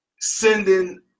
sending